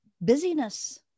busyness